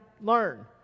learn